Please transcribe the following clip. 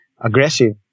aggressive